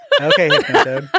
Okay